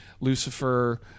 Lucifer